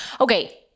Okay